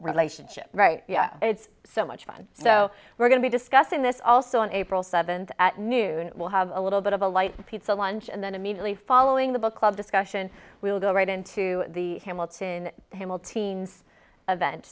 relationship right it's so much fun so we're going to be discussing this also on april seventh at noon we'll have a little bit of a light pizza lunch and then immediately following the book club discussion we'll go right into the hamilton himmel teens event